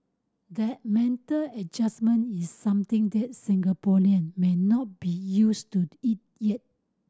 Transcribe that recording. that mental adjustment is something that Singaporean may not be used to it yet